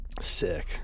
Sick